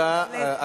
תודה.